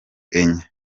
enye